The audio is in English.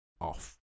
off